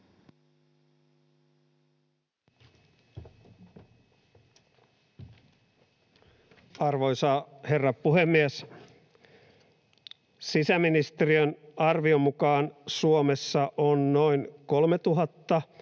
Arvoisa herra puhemies! Sisäministeriön arvion mukaan Suomessa on noin 3 000